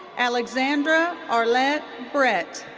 alexandra arlette brette.